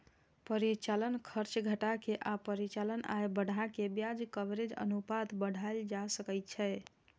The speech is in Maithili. परिचालन खर्च घटा के आ परिचालन आय बढ़ा कें ब्याज कवरेज अनुपात बढ़ाएल जा सकै छै